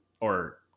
or-